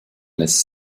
naissent